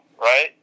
right